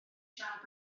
siarad